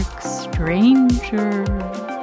stranger